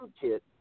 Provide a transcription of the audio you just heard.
kit